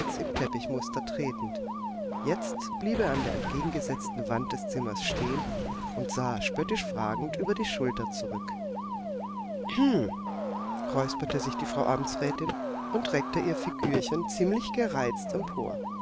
im teppichmuster tretend jetzt blieb er an der entgegengesetzten wand des zimmers stehen und sah spöttisch fragend über die schulter zurück hm räusperte sich die frau amtsrätin und reckte ihr figürchen ziemlich gereizt empor